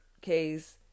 case